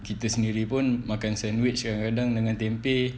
kita sendiri pun makan sandwich yang hidang dengan tempeh